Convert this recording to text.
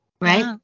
Right